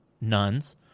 nuns